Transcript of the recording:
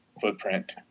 footprint